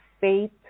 faith